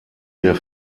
der